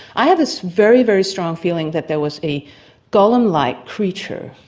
i had this very, very strong feeling that there was a golem-like creature,